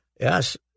Yes